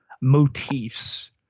motifs